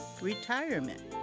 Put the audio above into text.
retirement